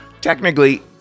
Technically